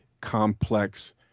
complex